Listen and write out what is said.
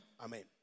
Amen